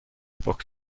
box